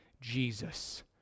Jesus